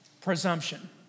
Presumption